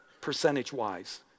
percentage-wise